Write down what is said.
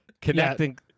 connecting